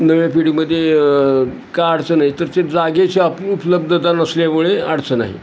नव्या पिढीमध्ये काय अडचण आहे तर ते जागेची आप उपलब्धता नसल्यामुळे अडचण आहे